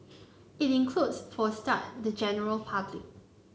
it includes for a start the general public